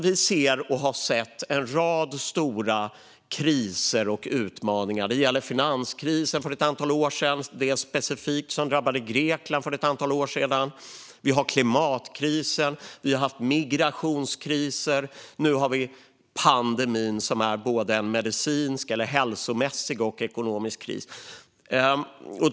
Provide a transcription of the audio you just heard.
Vi ser och har sett en rad stora kriser och utmaningar. Det gäller finans-krisen för ett antal år sedan, det gäller det som specifikt drabbade Grekland för ett antal år sedan, det gäller klimatkrisen och det gäller migrationskrisen. Nu har vi pandemin som är både en hälsomässig och ekonomisk kris.